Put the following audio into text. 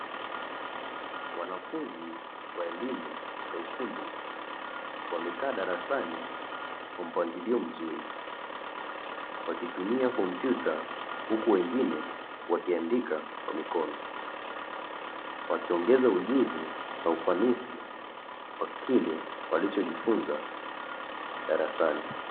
Wanafunzi wa elimu ya ufundi, wamekaa darasani kwa mpangilio mzuri wakitumia kompyuta, huku wengine wakiandika kwa mikono, wakiongeza ujuzi na ufanisi kwa kile walichojifunza darasani.